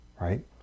right